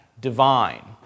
divine